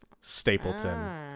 Stapleton